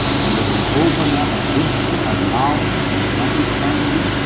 and it will open up a vista of knowledge and of understanding.